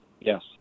Yes